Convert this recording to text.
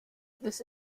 this